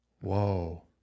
Whoa